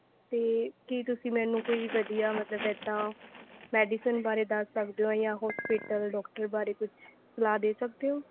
ਅਤੇ ਕੀ ਤੁਸੀਂ ਮੈਨੂੰ ਕੋਈ ਵਧੀਆ ਮਤਲਬ ਇੱਦਾਂ ਮੈਡੀਸਨ ਬਾਰੇ ਦੱਸ ਸਕਦੇ ਹੋ ਜਾਂ ਹੋਸਪੀਟਲ ਡੋਕਟਰ ਬਾਰੇ ਕੁਛ ਸਲਾਹ ਦੇ ਸਕਦੇ ਹੋ